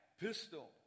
pistol